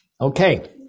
Okay